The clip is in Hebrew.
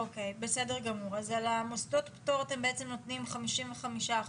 בסדר גמור, אז למוסדות אתם בעצם נותנים 55%,